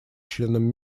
членам